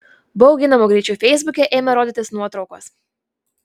bauginamu greičiu feisbuke ėmė rodytis nuotraukos